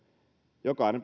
jokainen